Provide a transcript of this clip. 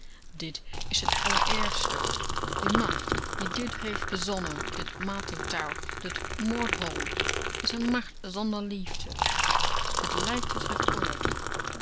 dit is het allerergste de macht die dit heeft bezonnen dit marteltuig dit moordhol is een macht zonder liefde het lijkt het